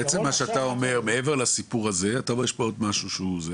אתה אומר שמעבר לסיפור הזה יש עוד דבר.